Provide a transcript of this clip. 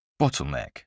Bottleneck